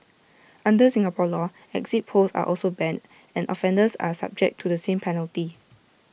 under Singapore law exit polls are also banned and offenders are subject to the same penalty